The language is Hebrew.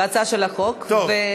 בהצעה של החוק, טוב.